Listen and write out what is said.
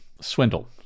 Swindle